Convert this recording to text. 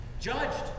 Judged